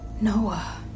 Noah